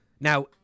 now